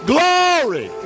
Glory